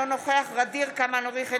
אינו נוכח ע'דיר כמאל מריח,